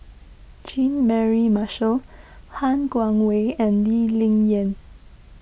Jean Mary Marshall Han Guangwei and Lee Ling Yen